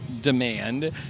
demand